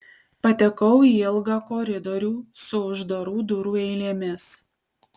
patekau į ilgą koridorių su uždarų durų eilėmis